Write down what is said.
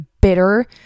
bitter